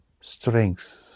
strength